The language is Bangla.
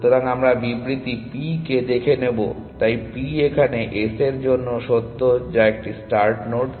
সুতরাং আমরা বিবৃতি p কে দেখে নেবো তাই p এখানে s এর জন্য সত্য যা একটি স্টার্ট নোড